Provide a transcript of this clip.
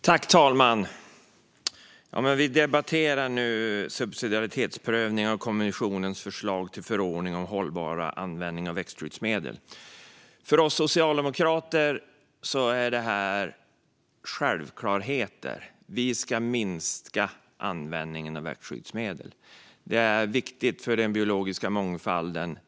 Fru talman! Vi debatterar nu betänkandet Subsidiaritetsprövning av kommissionens förslag till förordning om hållbar användning av växt skyddsmedel . För oss socialdemokrater är det här självklarheter. Vi ska minska användningen av växtskyddsmedel. Det är viktigt för den biologiska mångfalden.